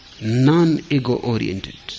non-ego-oriented